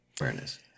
awareness